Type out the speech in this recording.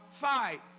fight